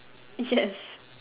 yes